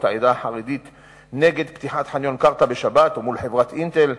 העדה החרדית נגד פתיחת חניון קרתא בשבת או מול חברת "אינטל".